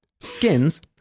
skins